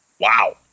Wow